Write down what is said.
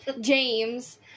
James